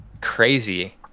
crazy